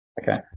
Okay